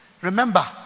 remember